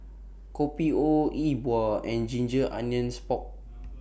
Kopi O E Bua and Ginger Onions Pork